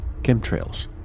Chemtrails